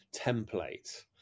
template